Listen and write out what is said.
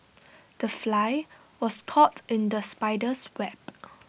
the fly was caught in the spider's web